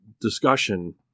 discussion